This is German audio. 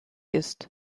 ist